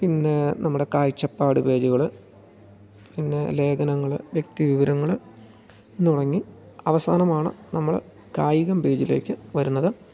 പിന്നെ നമ്മുടെ കാഴ്ചപ്പാട് പേജുകൾ പിന്നെ ലേഖനങ്ങൾ വ്യക്തി വിവരങ്ങൾ എന്നു തുടങ്ങി അവസാനമാണ് നമ്മൾ കായികം പേജിലേക്ക് വരുന്നത്